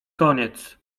koniec